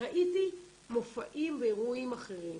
ראיתי מופעים ואירועים אחרים,